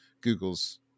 Google's